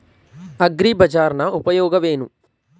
ಅಗ್ರಿಬಜಾರ್ ನ ಉಪಯೋಗವೇನು?